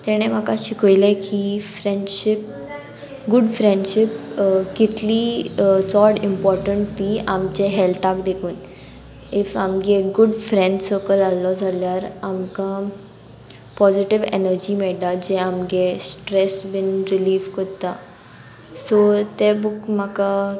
तेणें म्हाका शिकयलें की फ्रेंडशीप गूड फ्रेंडशीप कितली चोड इम्पोर्टंट ती आमचे हॅल्थाक देखून इफ आमगे गूड फ्रेंड सर्कल आहलो जाल्यार आमकां पॉजिटीव एनर्जी मेयटा जे आमगे स्ट्रेस बीन रिलीफ कोत्ता सो तें बूक म्हाका